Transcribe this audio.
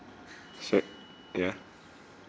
sorry ya